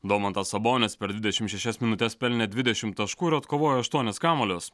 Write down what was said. domantas sabonis per dvidešim šešias minutes pelnė dvidešim taškų ir atkovojo aštuonis kamuolius